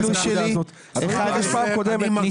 הגברת לוריא מדברת על נכה נצרך של 50% שמקבל 14,300 ₪.